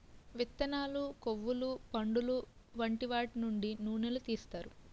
విత్తనాలు, కొవ్వులు, పండులు వంటి వాటి నుండి నూనెలు తీస్తారు